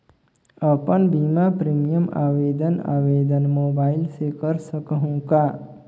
अपन बीमा प्रीमियम आवेदन आवेदन मोबाइल से कर सकहुं का?